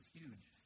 huge